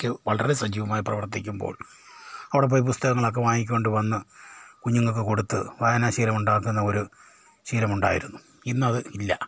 ക്ക് വളരെ സജീവമായി പ്രവർത്തിക്കുമ്പോൾ അവിടെ പോയി പുസ്തകങ്ങളൊക്കെ വാങ്ങിക്കൊണ്ടു വന്നു കുഞ്ഞുങ്ങൾക്ക് കൊടുത്ത് വായനാശീലം ഉണ്ടാക്കുന്ന ഒരു ശീലമുണ്ടായിരുന്നു ഇന്ന് അത് ഇല്ല